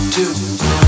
Two